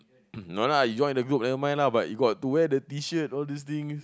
no lah you join the group never mind lah but you got to wear the t-shirt all these things